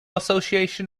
association